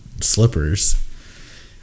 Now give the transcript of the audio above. slippers